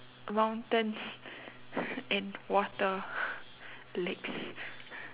mountains and water lakes